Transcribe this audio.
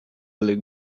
look